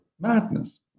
madness